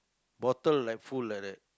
bottle like full like that